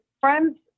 friends